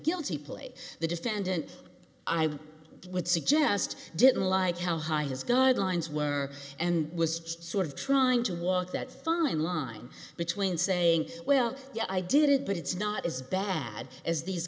guilty plea the defendant i would suggest didn't like how high his guidelines were and was sort of trying to walk that fine line between saying well yeah i did it but it's not as bad as these